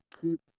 keep